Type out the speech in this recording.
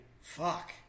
fuck